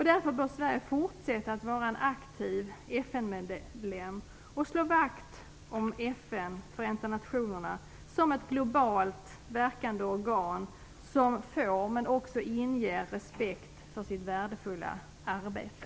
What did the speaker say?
Därför bör Sverige fortsätta att vara en aktiv FN-medlem och slå vakt om FN, Förenta nationerna, som ett globalt verkande organ som får, men också inger, respekt för sitt värdefulla arbete.